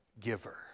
giver